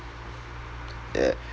ya